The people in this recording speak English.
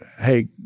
hey